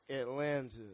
atlanta